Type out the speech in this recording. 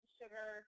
sugar